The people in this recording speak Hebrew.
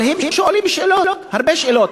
אבל הם שואלים שאלות, הרבה שאלות.